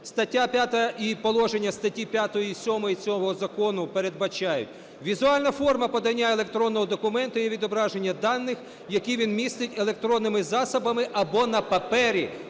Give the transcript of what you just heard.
Стаття 5 і положення статей 5 і 7 цього закону передбачають: візуальна форма подання електронного документу є відображення даних, які він містить, електронними засобами або на папері